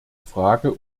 frage